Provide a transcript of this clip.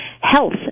health